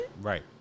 Right